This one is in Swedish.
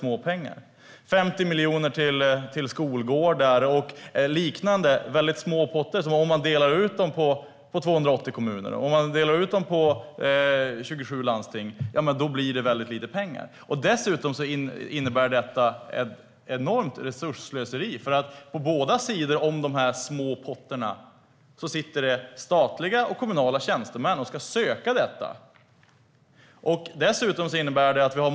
Fördelar man 50 miljoner till skolgårdar och andra små potter på 280 kommuner och 27 landsting blir det inte mycket pengar. Dessutom innebär det ett enormt resursslöseri, för på båda sidor om dessa små potter sitter det statliga och kommunala tjänstemän som ska söka dessa pengar.